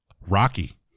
Rocky